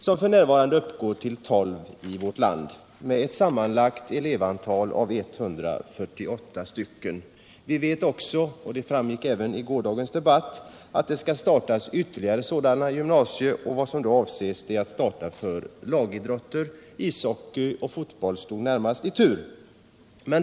F. n. har vi 12 sådana gymnasier i vårt land med ett sammanlagt elevantal av 148. Som också framgick av gårdagens debatt vet vi att flera idrottsgymnasier skall startas, och då avses gymnasier för lagidrotter. Ishockey och fotboll står därvid närmast i tur.